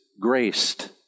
graced